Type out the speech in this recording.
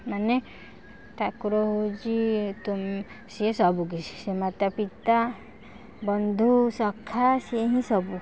ମାନେ ଠାକୁର ହଉଛି ତୁମ ସେ ସବୁକିଛି ସେ ମାତାପିତା ବନ୍ଧୁ ସଖା ସେ ହିଁ ସବୁ